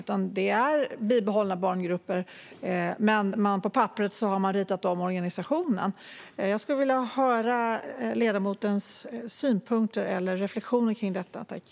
I stället är barngrupperna bibehållna, men på papperet har man ritat om organisationen. Jag skulle vilja höra ledamotens synpunkter eller reflektioner när det gäller detta.